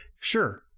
Sure